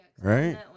Right